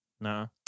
No